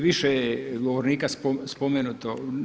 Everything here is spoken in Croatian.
Više je govornika spomenuto.